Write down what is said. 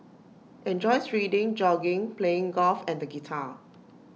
enjoys reading jogging playing golf and the guitar